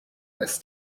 this